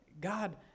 God